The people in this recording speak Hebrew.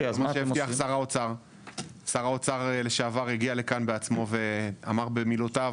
שר האוצר לשעבר הגיע לכאן בעצמו ואמר במילותיו